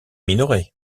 minoret